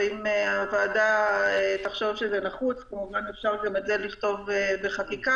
ואם הוועדה תחשוב שזה נחוץ כמובן שאפשר לכתוב בחקיקה גם את זה,